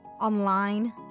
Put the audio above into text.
online